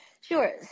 Sure